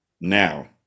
now